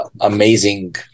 amazing